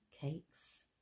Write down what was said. cakes